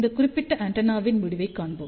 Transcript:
இந்த குறிப்பிட்ட ஆண்டெனாவின் முடிவைக் காண்போம்